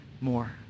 more